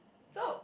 so